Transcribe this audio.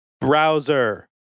browser